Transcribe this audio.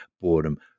boredom